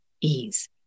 ease